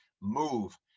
move